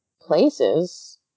places